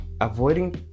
avoiding